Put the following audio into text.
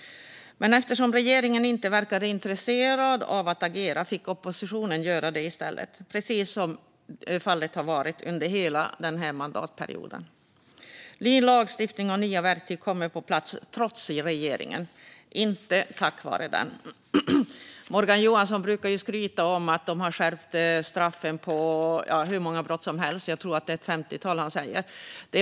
Men eftersom regeringen inte verkade intresserad av att agera fick oppositionen göra det i stället, precis som varit fallet under hela den här mandatperioden. Ny lagstiftning och nya verktyg kommer på plats trots regeringen, inte tack vare den. Morgan Johansson brukar skryta om att regeringen har skärpt straffen för hur många brott som helst - jag tror att det är ett femtiotal han säger.